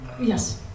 Yes